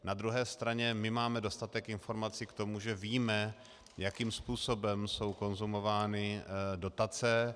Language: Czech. Na druhé straně my máme dostatek informací k tomu, že víme, jakým způsobem jsou konzumovány dotace.